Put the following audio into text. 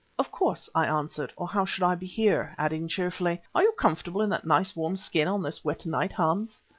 of course, i answered, or how should i be here? adding cheerfully, are you comfortable in that nice warm skin on this wet night, hans?